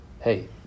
hey